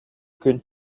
күн